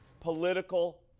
Political